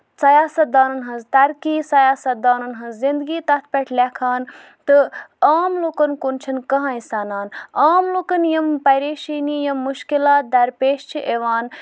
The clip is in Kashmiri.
سِیاست دانن ہٕنز ترقی سِیاست دانن ہٕنز زندگی تَتھ پٮ۪ٹھ لٮ۪کھان تہٕ عام لُکن کُن چھُ نہٕ کٕہینۍ سَنان عام لُکن یِم پریشٲنی یِم مُشکِلات درپیش چھِ یِوان